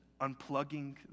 unplugging